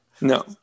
no